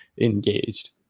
engaged